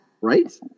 Right